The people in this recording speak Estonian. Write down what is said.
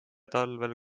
talvel